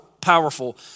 powerful